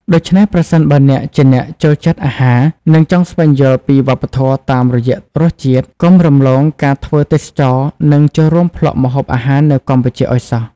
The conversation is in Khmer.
ដូច្នេះ ប្រសិនបើអ្នកជាអ្នកចូលចិត្តអាហារ និងចង់ស្វែងយល់ពីវប្បធម៌តាមរយៈរសជាតិ កុំរំលងការធ្វើទេសចរណ៍នឹងចូលរួមភ្លក្សម្ហូបអាហារនៅកម្ពុជាឲ្យសោះ ។